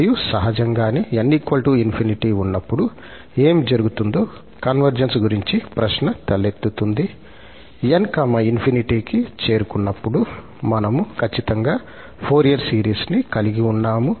మరియు సహజంగానే 𝑛 ∞ ఉన్నప్పుడు ఏమి జరుగుతుందో కన్వర్జెన్స్ గురించి ప్రశ్న తలెత్తుతుంది 𝑛 ∞ కి చేరుకున్నప్పుడు మనము ఖచ్చితంగా ఫోరియర్ సిరీస్ని కలిగి ఉన్నాము